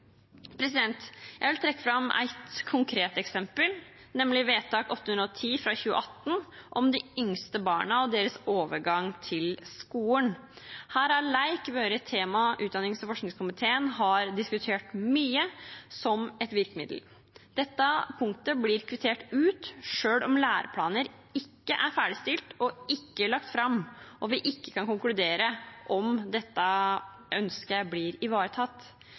Jeg vil trekke fram ett konkret eksempel, nemlig vedtak 810 fra 2017–2018 om de yngste barna og deres overgang til skolen. Her har lek som et virkemiddel vært et tema utdannings- og forskningskomiteen har diskutert mye. Dette punktet blir kvittert ut, selv om læreplaner ikke er ferdigstilt, ikke lagt fram, og vi ikke kan konkludere om dette ønsket blir ivaretatt.